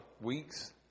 weeks